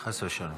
חס ושלום.